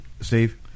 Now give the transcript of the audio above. Steve